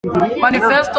manifesto